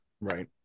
right